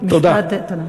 תודה.